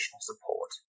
support